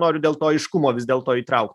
noriu dėl to aiškumo vis dėlto įtraukt